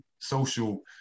social